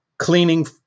cleaning